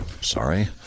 sorry